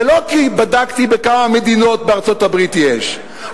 ולא כי בדקתי בכמה מדינות בארצות-הברית יש.